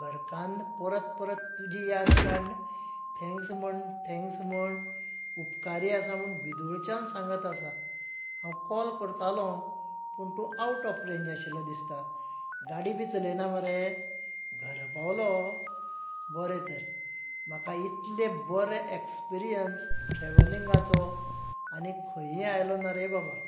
घरकान्न परत परत तुजी याद काडून थँक्स म्हूण थँक्स म्हूण उपकारी आसा म्हूण वेदोळच्यान सांगत आसा हांव कॉल करतालो पूण तूं आवट ऑफ रेंज आशिल्लो दिसता गाडी बी चलयना मरे घरा पावलो बरें तर म्हाका इतलें बरें एक्सपिरियंस ट्रॅवलिंगाचो आनी खंयच आयलो ना रे बाबा